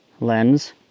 lens